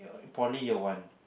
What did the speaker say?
in poly year one